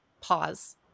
pause